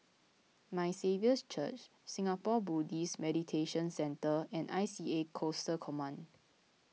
My Saviour's Church Singapore Buddhist Meditation Centre and I C A Coastal Command